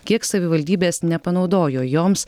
kiek savivaldybės nepanaudojo joms